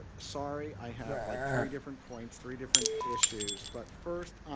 sorry i have like three different points, three different issues, but first,